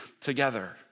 together